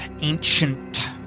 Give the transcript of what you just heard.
ancient